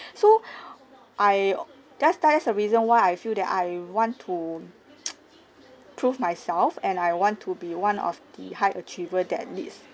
so I that's that's the reason why I feel that I want to prove myself and I want to be one of the high achiever that leads